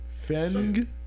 Feng